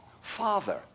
Father